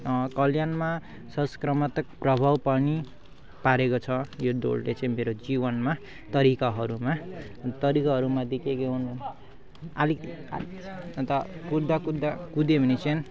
कल्याणमा सकरात्मक प्रभाव पनि पारेको छ यो दौडले चाहिँ मेरो जीवनमा तरिकाहरूमा तरिकाहरू मध्ये के के हुन् अलिक अन्त कुद्धा कुद्धा कुद्यो भने चाहिँ